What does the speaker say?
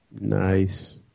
nice